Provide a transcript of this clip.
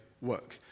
work